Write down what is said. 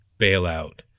bailout